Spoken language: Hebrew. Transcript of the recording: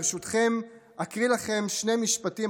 ברשותכם, אקריא לכם שני משפטים.